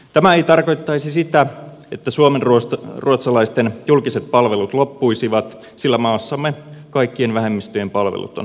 tämä ei tarkoittaisi sitä että suomenruotsalaisten julkiset palvelut loppuisivat sillä maassamme kaikkien vähemmistöjen palvelut on turvattu lainsäädännöllä